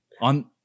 On